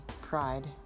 Pride